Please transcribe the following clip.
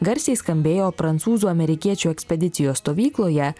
garsiai skambėjo prancūzų amerikiečių ekspedicijos stovykloje